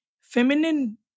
Feminine